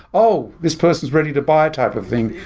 oh, this person is ready to buy a type of thing,